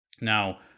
Now